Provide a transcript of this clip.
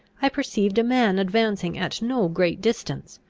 i perceived a man advancing at no great distance.